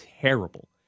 terrible